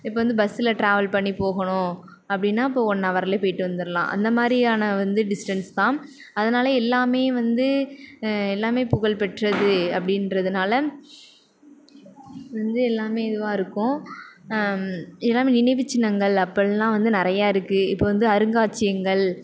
இப்போ வந்து பஸ்ஸில ட்ராவல் பண்ணி போகணும் அப்படினா இப்போ ஒன்னவரில் போய்ட்டு வந்துடலாம் அந்தமாரியான வந்து டிஸ்டன்ஸ் தான் அதனால எல்லாமே வந்து எல்லாமே புகழ் பெற்றது அப்படின்றதனால வந்து எல்லாமே இதுவாக இருக்கும் எல்லாமே நினைவுச்சின்னங்கள் அப்படிலாம் வந்து நிறைய இருக்குது இப்போ வந்து அருங்காட்சியங்கள்